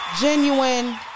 genuine